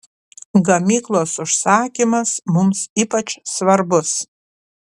gamyklos užsakymas mums ypač svarbus